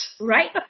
Right